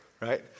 right